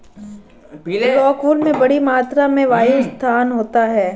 rockwool में बड़ी मात्रा में वायु स्थान होता है